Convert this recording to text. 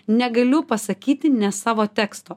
negaliu pasakyti nes savo teksto